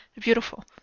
beautiful